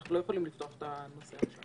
אנחנו לא יכולים לפתוח את הנושא הזה.